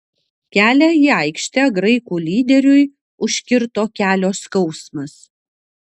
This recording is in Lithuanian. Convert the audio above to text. kelią į aikštę graikų lyderiui užkirto kelio skausmas